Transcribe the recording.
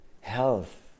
health